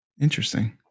Interesting